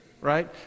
right